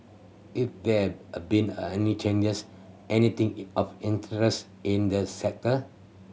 if there a been any changes anything of interest in the sector